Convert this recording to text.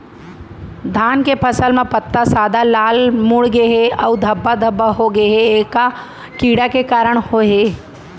धान के फसल म पत्ता सादा, लाल, मुड़ गे हे अऊ धब्बा धब्बा होगे हे, ए का कीड़ा के कारण होय हे?